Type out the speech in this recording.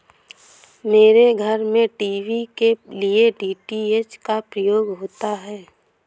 मेरे घर में टीवी के लिए डी.टी.एच का प्रयोग होता है